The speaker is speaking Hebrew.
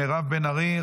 מירב בן ארי,